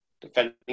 defending